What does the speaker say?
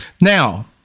Now